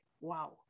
wow